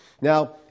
Now